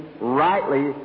rightly